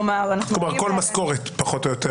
כלומר, כל משכורת שעוברת פחות או יותר.